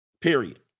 period